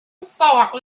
saw